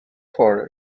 for